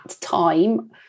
time